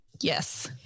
Yes